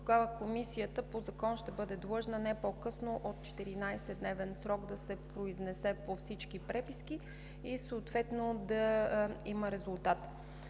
тогава по закон Комисията ще бъде длъжна не по-късно от 14-дневен срок да се произнесе по всички преписки и съответно да има резултат.